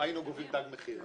היינו גובים תג מחיר,